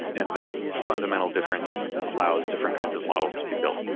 and that fundamental difference allows different kinds of models to be built.